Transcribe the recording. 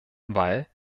weil